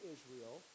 Israel